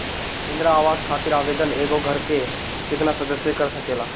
इंदिरा आवास खातिर आवेदन एगो घर के केतना सदस्य कर सकेला?